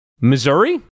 Missouri